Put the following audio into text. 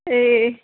ए